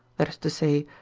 that is to say,